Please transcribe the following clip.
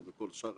לא עניין פוליטי,